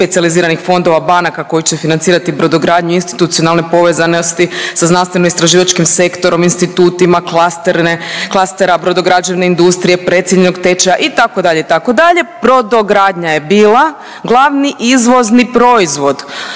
fondova banaka koji će financirati brodogradnju i institucionalne povezanosti sa znanstveno istraživačkim sektorom, institutima, klasterne, klastera, brodograđevne industrije, precijenjenog tečaja itd., itd., brodogradnja je bila glavni izvozni proizvod.